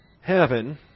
heaven